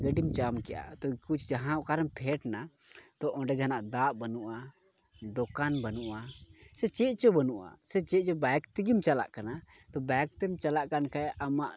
ᱜᱟᱹᱰᱤᱢ ᱡᱟᱢ ᱠᱮᱜᱼᱟ ᱠᱩᱪ ᱡᱟᱦᱟᱸ ᱚᱠᱟᱨᱮᱢ ᱯᱷᱮᱰᱱᱟ ᱛᱳ ᱚᱸᱰᱮ ᱡᱟᱦᱟᱱᱟᱜ ᱫᱟᱜ ᱵᱟᱹᱱᱩᱜᱼᱟ ᱫᱳᱠᱟᱱ ᱵᱟᱹᱱᱩᱜᱼᱟ ᱥᱮ ᱪᱮᱫ ᱪᱚ ᱵᱟᱹᱱᱩᱜᱼᱟ ᱥᱮᱪᱮᱫ ᱵᱟᱹᱭᱤᱠ ᱛᱮᱜᱮᱢ ᱪᱟᱞᱟᱜ ᱠᱟᱱᱟ ᱛᱳ ᱵᱟᱹᱭᱤᱠ ᱛᱮᱢ ᱪᱟᱞᱟᱜ ᱠᱟᱱ ᱠᱷᱟᱡ ᱟᱢᱟᱜ